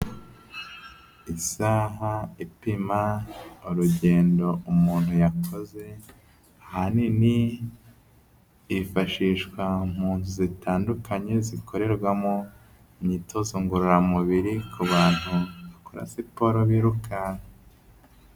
Isaha ipima urugendo umuntu yakoze, ahanini yifashishwa mu nzu zitandukanye zikorerwamo imyitozo ngororamubiri ku bantu bakora siporo birukanka.